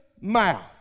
mouth